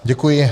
Děkuji.